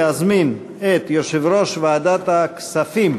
אני מתכבד להזמין את יושב-ראש ועדת הכספים,